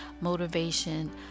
motivation